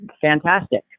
fantastic